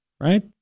Right